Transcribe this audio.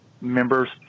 members